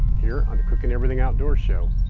here on the cooking everything outdoors show.